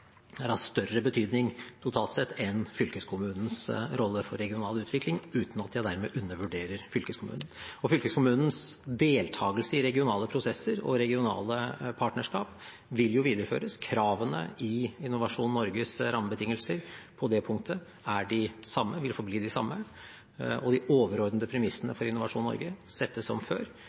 er av større betydning totalt sett enn fylkeskommunens rolle for regional utvikling, uten at jeg dermed undervurderer fylkeskommunen. Fylkeskommunens deltakelse i regionale prosesser og regionale partnerskap vil videreføres. Kravene i Innovasjon Norges rammebetingelser på det punktet vil forbli de samme. De overordnede premissene for Innovasjon Norge settes som før,